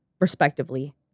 respectively